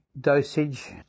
dosage